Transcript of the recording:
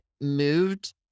moved